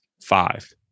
five